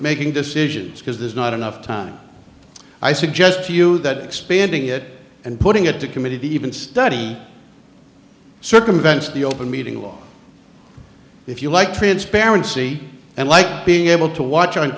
making decisions because there's not enough time i suggest to you that expanding it and putting it to committee even study circumvents the open meeting law if you like transparency and like being able to watch on